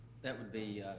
that would be.